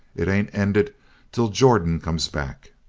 it ain't ended till jordan comes back.